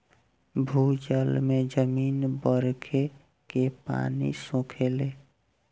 भूजल में जमीन बरखे के पानी सोखेले